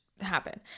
happen